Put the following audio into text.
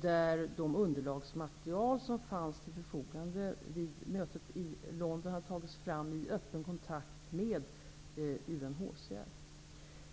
där det underlagsmaterial som fanns till förfogande vid mötet i London har tagits fram i öppen kontakt med UNHCR.